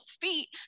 feet